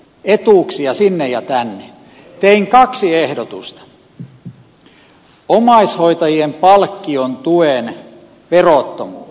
tein kaksi ehdotusta joista toinen on omaishoitajien palkkion tuen verottomuus